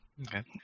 Okay